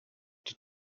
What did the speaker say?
die